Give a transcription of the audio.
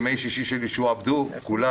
ימי שישי שלי שועבדו כולם